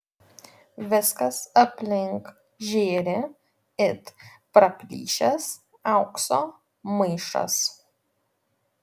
viskas aplink žėri it praplyšęs aukso maišas